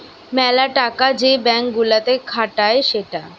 মেলা টাকা যে ব্যাঙ্ক গুলাতে খাটায় সেটা